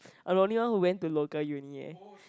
I'm the only one who went to local uni eh